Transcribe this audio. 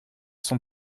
sont